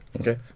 Okay